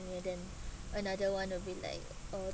then another one will be like uh